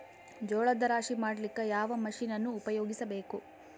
ಜೋಳದ ರಾಶಿ ಮಾಡ್ಲಿಕ್ಕ ಯಾವ ಮಷೀನನ್ನು ಉಪಯೋಗಿಸಬೇಕು?